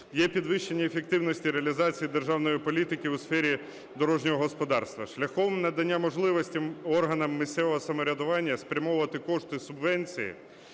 є підвищення ефективності реалізації державної політики у сфері дорожнього господарства шляхом надання можливості органам місцевого самоврядування спрямовувати кошти субвенцій